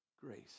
grace